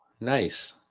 Nice